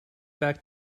back